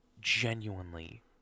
genuinely